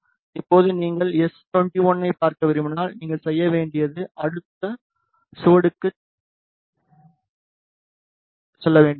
இப்போது நீங்கள் எஸ்21 ஐப் பார்க்க விரும்பினால் நீங்கள் செய்ய வேண்டியது அடுத்த சுவடுக்குச் செல்ல வேண்டும் சரி